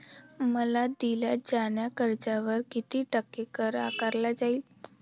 मला दिल्या जाणाऱ्या कर्जावर किती टक्के कर आकारला जाईल?